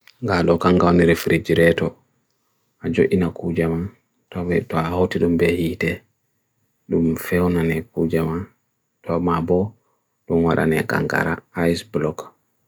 galo kankara nerefrige reto ajo inakuja man toa me toa hote dum be hite dum feo nane kuja man toa mabo dum warane kankara aiz bloka